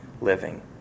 living